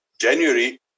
January